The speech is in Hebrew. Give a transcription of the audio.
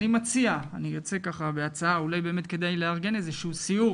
אני יוצא בהצעה אולי באמת כדאי לארגן איזשהו סיור